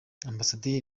ambassador